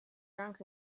drunk